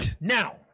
Now